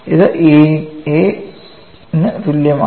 ഇത് തുല്യമാണ്